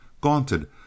gaunted